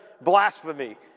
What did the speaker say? blasphemy